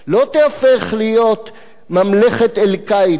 לא תיהפך להיות ממלכת "אל-קאעידה",